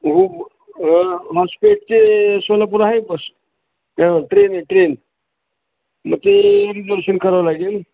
हो हॉस्पेट ते सोलापुर आहे बस ट्रेन आहे ट्रेन मग ते रिझर्वेशन करावं लागेल